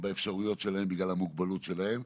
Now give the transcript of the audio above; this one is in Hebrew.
והאפשרויות שלהם בגלל המוגבלות שלהם,